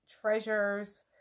treasures